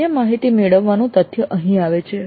માન્ય માહિતી મેળવવાનું તથ્ય અહીં આવે છે